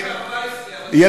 זה עלה ב-2014, אבל ב-2013 זה ירד.